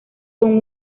con